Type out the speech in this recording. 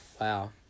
wow